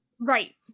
Right